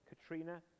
Katrina